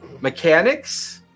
mechanics